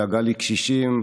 בדאגה לקשישים,